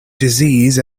disease